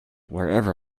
wherever